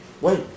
Wait